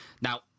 now